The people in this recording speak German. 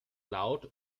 laut